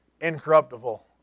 Incorruptible